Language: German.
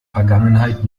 vergangenheit